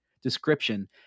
Description